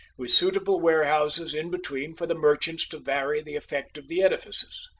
with suitable warehouses in between for the merchants' to vary the effect of the edifices.